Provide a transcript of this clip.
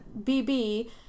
BB